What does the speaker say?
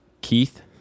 Keith